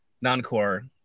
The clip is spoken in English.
non-core